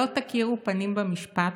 "לא תכירו פנים במשפט,